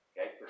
okay